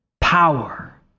power